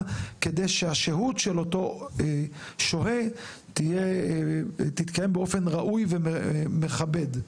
כדי שהשהות של אותו שוהה תתקיים באופן ראוי ומכבד.